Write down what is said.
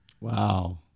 Wow